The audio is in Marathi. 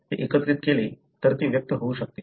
जर ते एकत्रित केले तर ते व्यक्त होऊ शकते